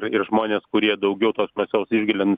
ir žmonės kurie daugiau tos mėsos išgali